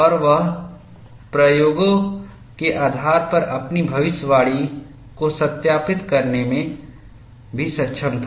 और वह प्रयोगों के आधार पर अपनी भविष्यवाणी को सत्यापित करने में भी सक्षम था